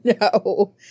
No